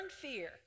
fear